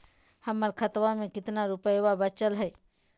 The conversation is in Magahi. हमर खतवा मे कितना रूपयवा बचल हई?